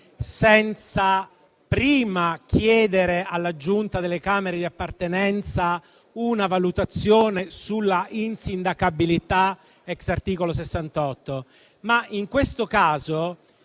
senza prima chiedere alla Giunta delle Camere di appartenenza una valutazione sull'insindacabilità *ex* articolo 68, ma in questo caso